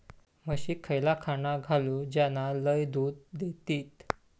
म्हशीक खयला खाणा घालू ज्याना लय दूध देतीत?